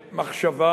הם השליש המפורסם